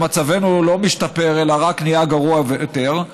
ומצבנו לא משתפר אלא רק נהיה גרוע יותר.